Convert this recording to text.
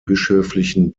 bischöflichen